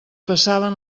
passaven